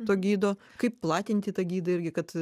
to gido kaip platinti tą gidą irgi kad